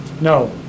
No